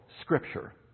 Scripture